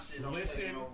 Listen